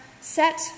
set